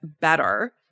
better